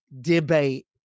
debate